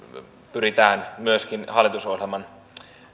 pyritään myöskin hallitusohjelman